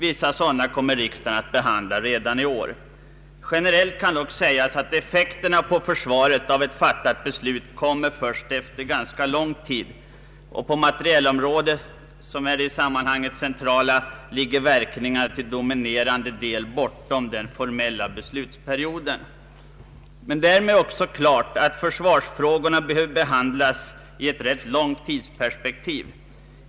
Vissa sådana kommer riksdagen att behandla redan i år. Generellt kan dock sägas att effekterna på försvaret av ett fattat beslut kommer först efter ganska lång tid, och på materielområdet, som är det centrala i sammanhanget, ligger verkningarna till dominerande del bortom den formella beslutsperioden. Därmed är också klart att försvarsfrågorna behöver behandlas i ett rätt långt tidsperspektiv.